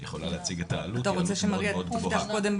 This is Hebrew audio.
יכולה להציג את העלות היא עלות מאוד מאוד גבוה.